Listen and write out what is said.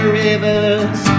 rivers